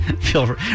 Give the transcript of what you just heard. feel